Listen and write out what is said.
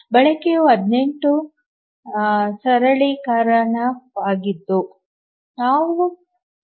ಬಳಕೆಯು 18 ಸರಳೀಕರಣವಾಗಿದ್ದು ನಾವು 0